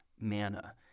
manna